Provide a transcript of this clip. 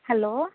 hello